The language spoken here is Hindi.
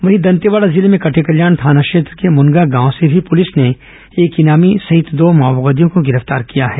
वहीं दंतेवाड़ा जिले में कटेकल्याण थाना क्षेत्र के मुनगा गांव से भी पुलिस ने एक इनामी सहित दो माओवादियों को गिरफ्तार किया है